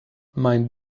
mind